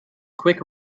quick